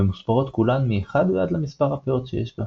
הממוספרות כולן מ-1 ועד למספר הפאות שיש בה.